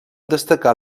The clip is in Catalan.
destacar